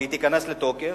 שתיכנס לתוקף,